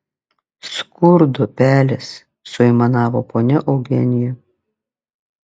skurdo pelės suaimanavo ponia eugenija